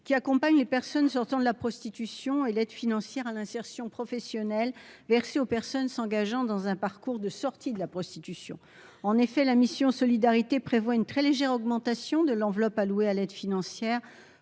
qui accompagnent les personnes sortant de la prostitution et l'aide financière à l'insertion professionnelle, merci aux personnes s'engageant dans un parcours de sortie de la prostitution en effet la mission Solidarité prévoit une très légère augmentation de l'enveloppe allouée à l'aide financière